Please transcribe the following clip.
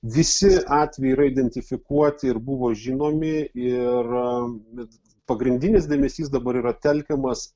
visi atvejai yra identifikuoti ir buvo žinomi ir bet pagrindinis dėmesys dabar yra telkiamas